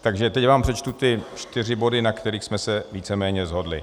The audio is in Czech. Takže teď vám přečtu ty čtyři body, na kterých jsme se víceméně shodli: